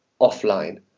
offline